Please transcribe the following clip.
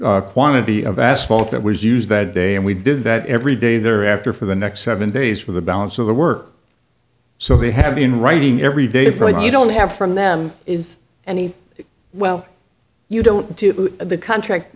additional quantity of asphalt that was used that day and we did that every day thereafter for the next seven days for the balance of the work so they have been writing every day for i don't have from them is any well you don't do the contract